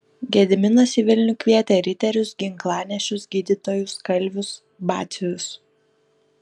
gediminas į vilnių kvietė riterius ginklanešius gydytojus kalvius batsiuvius